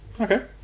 Okay